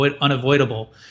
unavoidable